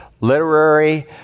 literary